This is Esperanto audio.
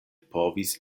povis